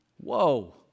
Whoa